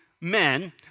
men